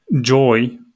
joy